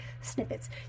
snippets